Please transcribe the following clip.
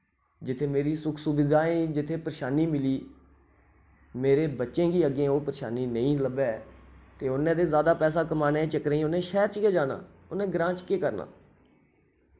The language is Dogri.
जित्थ मेरी सुख सुविधाएं जित्थै परेशानी मिली मेरे बच्चें गी अग्गें ओह् परेशानी नेईं लब्भै ते उ'नै ते ज्यादा पैसा कमाने दे चक्करें उ'नै शैह्र च गै जाना उ'नै ग्रां च केह् करना